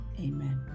amen